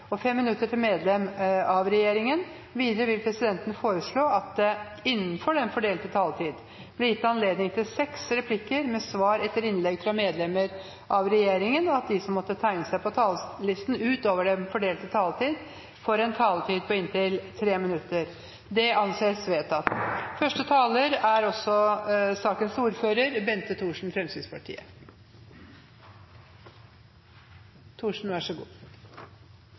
til fem replikker med svar etter innlegg fra medlemmer av regjeringen innenfor den fordelte taletid, og at de som måtte tegne seg på talerlisten utover den fordelte taletid, får en taletid på inntil 3 minutter. – Det anses vedtatt.